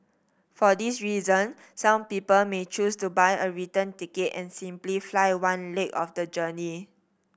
for this reason some people may choose to buy a return ticket and simply fly one leg of the journey